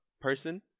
person